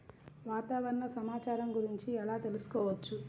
వాతావరణ సమాచారం గురించి ఎలా తెలుసుకోవచ్చు?